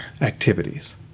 activities